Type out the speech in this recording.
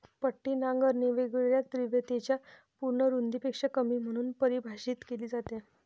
पट्टी नांगरणी वेगवेगळ्या तीव्रतेच्या पूर्ण रुंदीपेक्षा कमी म्हणून परिभाषित केली जाते